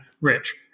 rich